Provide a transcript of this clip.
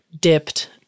dipped